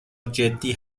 جدی